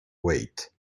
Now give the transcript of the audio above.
weight